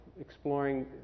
exploring